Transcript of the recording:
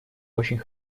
очень